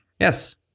Yes